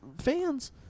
Fans